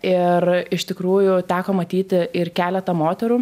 ir iš tikrųjų teko matyti ir keletą moterų